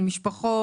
של משפחות,